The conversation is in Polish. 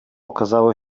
okazało